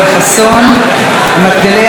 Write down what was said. מחדליה של הממשלה בתחום המדיני,